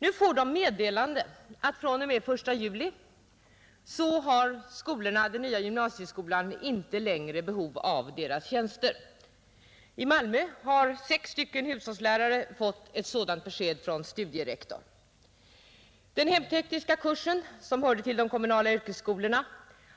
De får meddelande om att fr.o.m. den 1 juli har den nya gymnasieskolan inte längre behov av deras tjänster. I Malmö har sex hushållslärare fått ett sådant besked från studierektorn. Den hemtekniska kursen, som hörde till de kommunala yrkesskolorna,